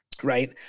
Right